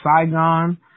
Saigon